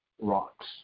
rocks